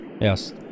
Yes